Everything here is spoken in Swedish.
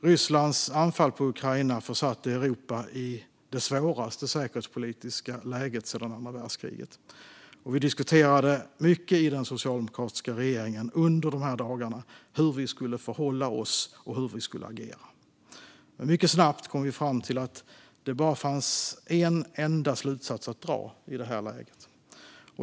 Rysslands anfall på Ukraina försatte Europa i det svåraste säkerhetspolitiska läget sedan andra världskriget. Under de dagarna diskuterade vi mycket i den socialdemokratiska regeringen hur vi skulle förhålla oss och hur vi skulle agera. Vi kom mycket snabbt fram till att det bara fanns en enda slutsats att dra i det läget.